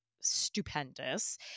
stupendous